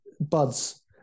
buds